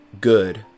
Good